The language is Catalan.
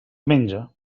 menja